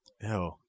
Ew